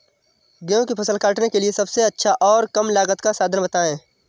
गेहूँ की फसल काटने के लिए सबसे अच्छा और कम लागत का साधन बताएं?